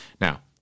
Now